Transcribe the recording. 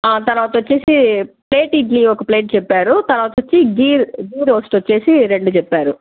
తర్వాత వచ్చేసి ప్లేట్ ఇడ్లీ ఒక ప్లేట్ చెప్పారు తర్వాత వచ్చి ఘీ ఘీ రోస్ట్ వచ్చేసి రెండు చెప్పారు